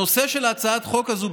הנושא של הצעת החוק הזאת,